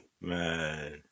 Man